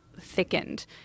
thickened